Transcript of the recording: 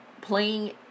playing